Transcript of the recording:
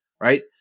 right